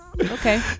Okay